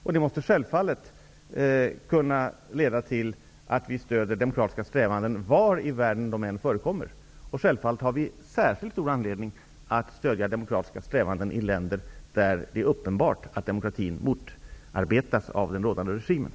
Det här måste självfallet leda till att vi stödjer demokratiska strävanden var än i världen de förekommer. Självfallet har vi särskilt stor anledning att stödja demokratiska strävanden i länder där det är uppenbart att demokratin motarbetas av rådande regimer.